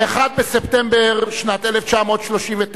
ב-1 בספטמבר שנת 1939,